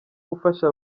gufasha